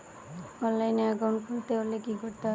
অনলাইনে একাউন্ট খুলতে হলে কি করতে হবে?